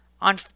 on